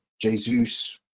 Jesus